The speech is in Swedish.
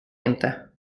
inte